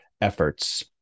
efforts